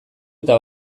eta